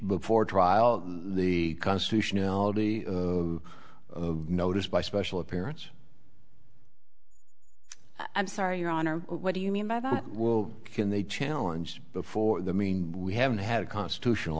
before trial the constitutionality notice by special appearance i'm sorry your honor what do you mean by that will can they challenge before the mean we haven't had a constitutional